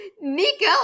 Nico